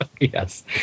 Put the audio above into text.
yes